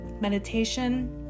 meditation